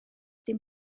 dim